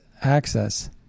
access